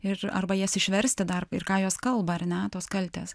ir arba jas išversti dar ir ką jos kalba ar ne tos kaltės